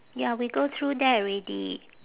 ya we go through that already